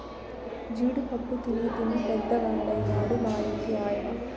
జీడి పప్పు తినీ తినీ పెద్దవాడయ్యాడు మా ఇంటి ఆయన